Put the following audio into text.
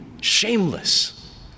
shameless